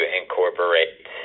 incorporate